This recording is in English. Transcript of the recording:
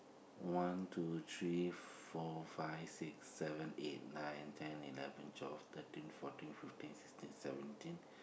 one two three four five six seven eight nine ten eleven twelve thirteen fourteen fifteen sixteen seventeen